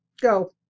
Go